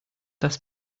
das